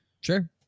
sure